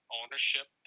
ownership